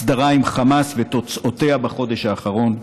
הסדרה עם חמאס ותוצאותיה בחודש האחרון.